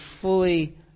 fully